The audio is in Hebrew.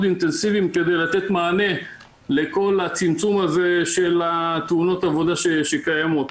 אינטנסיביים כדי לתת מענה לכל הצמצום הזה של תאונות העבודה שקיימות.